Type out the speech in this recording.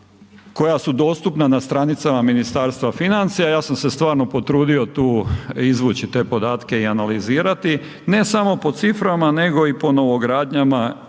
koja su dostupna na stranicama Ministarstva financija, ja sam se stvarno potrudio tu izvući te podatke i analizirati, ne samo po ciframa nego i po novogradnjama